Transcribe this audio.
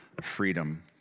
freedom